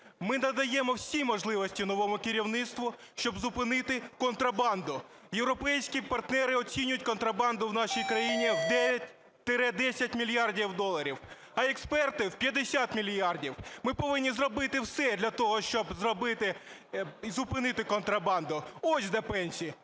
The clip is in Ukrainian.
Ми надаємо всі можливості новому керівництву, щоб зупинити контрабанду. Європейські партнери оцінюють контрабанду в нашій країні в 9-10 мільярдів доларів, а експерти – в 50 мільярдів. Ми повинні зробити все для того, щоб зробити... зупинити контрабанду. Ось де пенсії,